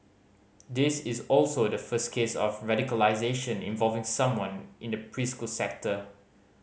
this is also the first case of radicalisation involving someone in the preschool sector